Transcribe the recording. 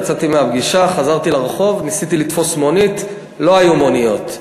יצאתי מהפגישה וחזרתי לרחוב וניסיתי לתפוס מונית ולא היו מוניות.